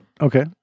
Okay